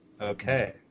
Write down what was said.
Okay